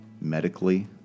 medically